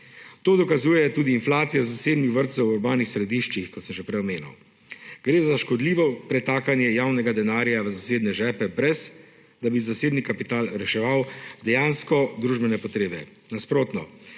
To dokazuje tudi inflacija zasebnih vrtcev v urbanih središčih, kot sem že prej omenil. Gre za škodljivo pretakanje javnega denarja v zasebne žepe, brez da bi zasebni kapital reševal dejansko družbene potrebe. Nasprotno,